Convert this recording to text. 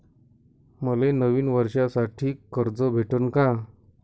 मले नवीन वर्षासाठी कर्ज भेटन का?